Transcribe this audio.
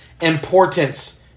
importance